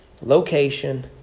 Location